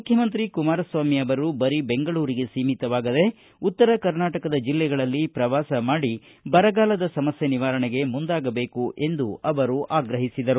ಮುಖ್ಯಮಂತ್ರಿ ಕುಮಾರಸ್ವಾಮಿ ಅವರು ಬರೀ ಬೆಂಗಳೂರಿಗೆ ಸೀಮಿತವಾಗದೆ ಉತ್ತರ ಕರ್ನಾಟಕದ ಜಿಲ್ಲೆಗಳಲ್ಲಿ ಪ್ರವಾಸ ಮಾಡಿ ಬರಗಾಲದ ಸಮಸ್ಕೆ ನಿವಾರಣೆಗೆ ಮುಂದಾಗಬೇಕು ಎಂದು ಆಗ್ರಹಿಸಿದರು